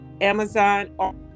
Amazon